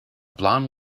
blond